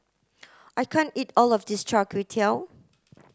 I can't eat all of this Char Kway Teow